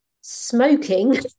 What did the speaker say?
smoking